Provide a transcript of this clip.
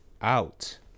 Out